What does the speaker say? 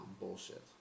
bullshit